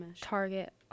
target